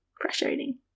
frustrating